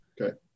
Okay